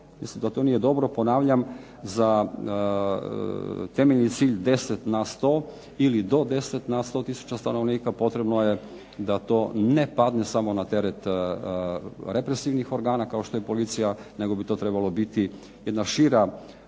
Mislim da to nije dobro, ponavljam za temeljni cilj deset na sto ili do deset na sto tisuća stanovnika potrebno je da to ne padne samo na teret represivnih organa kao što je policija, nego bi to trebalo biti jedna šira aktivnost